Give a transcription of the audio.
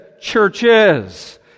Churches